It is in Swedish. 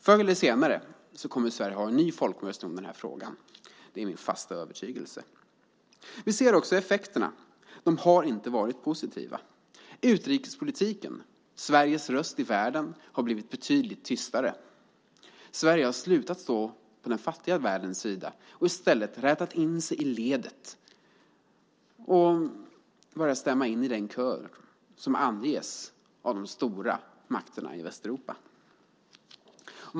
Förr eller senare kommer Sverige att ha en ny folkomröstning i den här frågan, det är min fasta övertygelse. Vi ser också effekterna, och de har inte varit positiva. I utrikespolitiken har Sveriges röst i världen blivit betydligt tystare. Sverige har slutat att stå på den fattiga världens sida och i stället rättat in sig i ledet och börjat stämma in i den kör vars ton anges av de stora makterna i Västeuropa.